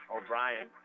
O'Brien